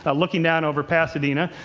ah looking down over pasadena.